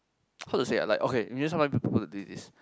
how to say ah like okay you need somebody to do this